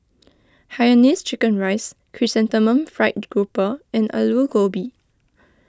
Hainanese Chicken Rice Chrysanthemum Fried Grouper and Aloo Gobi